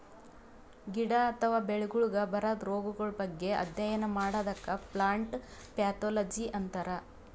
ಗಿಡ ಅಥವಾ ಬೆಳಿಗೊಳಿಗ್ ಬರದ್ ರೊಗಗಳ್ ಬಗ್ಗೆ ಅಧ್ಯಯನ್ ಮಾಡದಕ್ಕ್ ಪ್ಲಾಂಟ್ ಪ್ಯಾಥೊಲಜಿ ಅಂತರ್